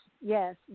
Yes